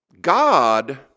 God